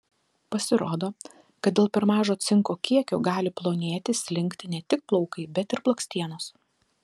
pasirodo kad dėl per mažo cinko kiekio gali plonėti slinkti ne tik plaukai bet ir blakstienos